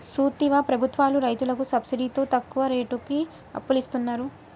సూత్తివా ప్రభుత్వాలు రైతులకి సబ్సిడితో తక్కువ రేటుకి అప్పులిస్తున్నరు